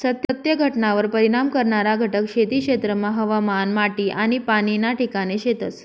सत्य घटनावर परिणाम करणारा घटक खेती क्षेत्रमा हवामान, माटी आनी पाणी ना ठिकाणे शेतस